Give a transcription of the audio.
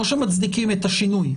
לא שמצדיקים את השינוי,